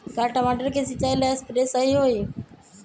का टमाटर के सिचाई ला सप्रे सही होई?